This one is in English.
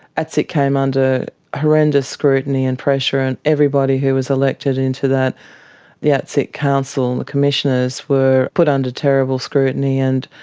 atsic came under horrendous scrutiny and pressure, and everybody who was elected into the atsic council, and the commissioners, were put under terrible scrutiny and,